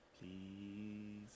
Please